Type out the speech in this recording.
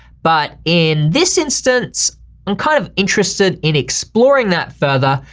but in this instance i'm kind of interested in exploring that further.